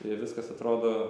ir viskas atrodo